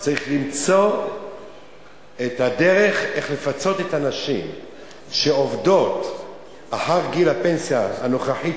אבל צריך למצוא את הדרך לפצות את הנשים שעובדות אחר גיל הפנסיה הנוכחי,